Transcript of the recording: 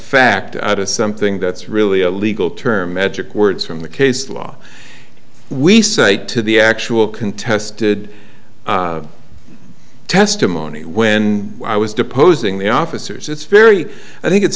fact out of something that's really a legal term metric words from the case law we cite to the actual contested testimony when i was deposing the officers it's very i think it's